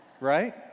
Right